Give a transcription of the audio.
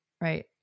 right